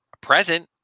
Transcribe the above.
present